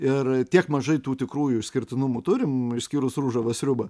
ir tiek mažai tų tikrųjų išskirtinumų turim išskyrus ružavą sriubą